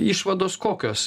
išvados kokios